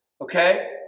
okay